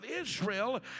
Israel